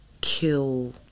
kill